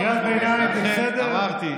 תודה.